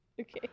Okay